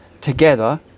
together